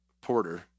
porter